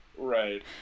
Right